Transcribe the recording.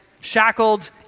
shackled